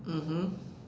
mmhmm